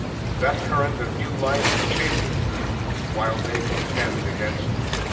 that current of new life chastens them while they contend against it.